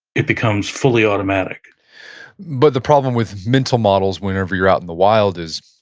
it becomes fully automatic but the problem with mental models, whenever you're out in the wild, is,